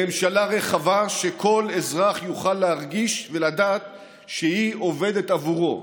לממשלה רחבה שכל אזרח יוכל להרגיש ולדעת שהיא עובדת עבורו,